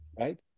right